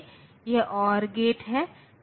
क्योंकि 0 और 0 अर्थहीन है वे समान हैं